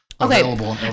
Okay